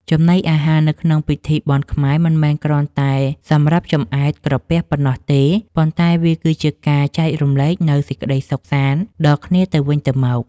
ចំណីអាហារនៅក្នុងពិធីបុណ្យខ្មែរមិនមែនគ្រាន់តែសម្រាប់ចម្អែតក្រពះប៉ុណ្ណោះទេ ប៉ុន្តែវាគឺជាការចែករំលែកនូវសេចក្តីសុខសាន្តដល់គ្នាទៅវិញទៅមក។